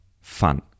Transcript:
fun